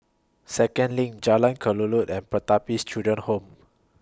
Second LINK Jalan Kelulut and Pertapis Children Home